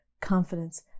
confidence